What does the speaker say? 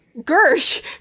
Gersh